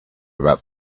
about